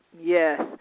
Yes